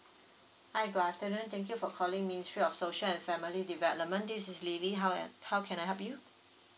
hi good afternoon thank you for calling ministry of social and family development this is lily how an~ how can I help you